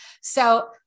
So-